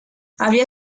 había